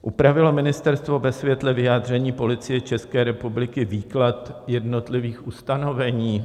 Upravilo ministerstvo ve světle vyjádření Policie České republiky výklad jednotlivých ustanovení?